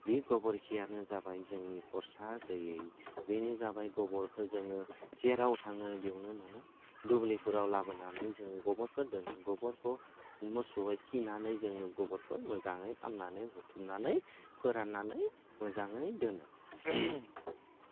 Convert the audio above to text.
बे गोबोरखियानो जाबाय जोंनि खरसा गैयै बेनो जाबाय गोबोरखौ जोङो जेराव थाङो बेवनो आङो दुब्लिफोराव लाबोनानै जों गोबोरखौ दोनो गोबोरखौ मोसौआ खिनानै जोङो गोबोरखौ मोजाङै खालामनानै बुथुमनानै फोराननानै मोजाङै दोनो